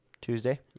tuesday